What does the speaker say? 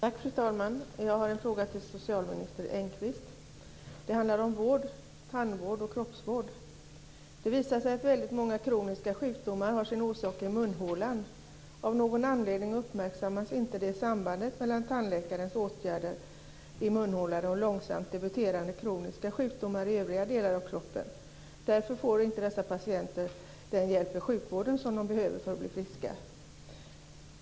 Fru talman! Jag har en fråga till socialminister Engqvist. Den handlar om vård, tandvård och kroppsvård. Det har visat sig att många kroniska sjukdomar har sin orsak i munhålan. Av någon anledning uppmärksammas inte sambandet mellan tandläkarens åtgärder i munhålan och långsamt debuterande kroniska sjukdomar i övriga delar av kroppen. Därför får inte dessa patienter den hjälp i sjukvården som de behöver för att bli friska.